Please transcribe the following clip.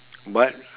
but